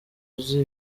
uzi